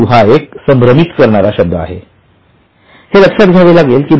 परंतु हा एक संभ्रमित करणारा शब्द आहे हे लक्षात घ्यावे लागेल